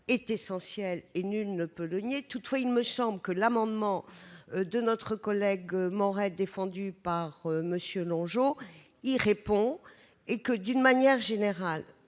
est essentiel. Nul ne peut le nier. Toutefois, il me semble que l'amendement de notre collègue Maurey, défendu par M. Longeot, y répond. D'une manière générale,